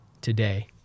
today